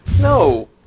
No